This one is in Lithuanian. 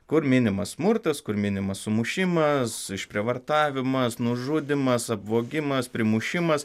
kur minimas smurtas kur minimas sumušimas išprievartavimas nužudymas apvogimas primušimas